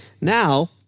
Now